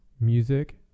music